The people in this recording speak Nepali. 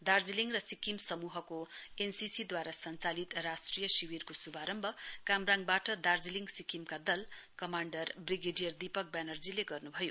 दार्जीलिङ र सिक्किम समूहको एनसिसिद्वारा सञ्चालित राष्ट्रिय शिविरको श्भारम्भ कामराङबाट दार्जीलिङ सिक्किमका दल कमाण्डर बिग्रेडियर दीपक ब्यानर्जीले गर्नुभयो